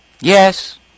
Yes